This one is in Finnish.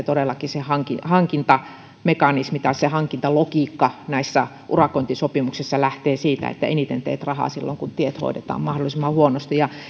todellakin se hankintamekanismi tai se hankintalogiikka näissä urakointisopimuksissa lähtee siitä että eniten teet rahaa silloin kun tiet hoidetaan mahdollisimman huonosti